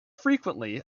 frequently